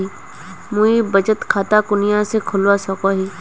मुई बचत खता कुनियाँ से खोलवा सको ही?